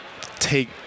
take